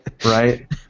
right